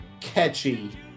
catchy